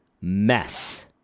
mess